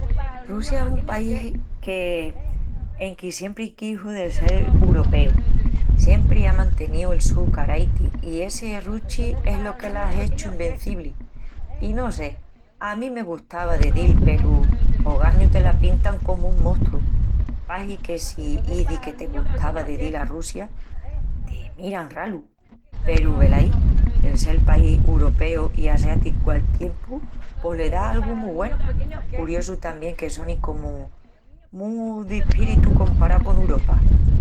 Russia es un país que, enque siempri quixu de sel uropeu, siempri á manteníu el su caraiti i essi ruchi es lo que l’á hechu invencibli.I no sé, a mí me gustava de dil peru ogañu te la pintan comu un mostru. Pahi que si izis que te gustava de dil a Russia te miran ralu. Peru, velaí, el sel país uropeu i asiáticu al tiempu, pos le da algu mu güenu. Curiosu tamién que sonin comu mu d'espíritu comparau con Uropa.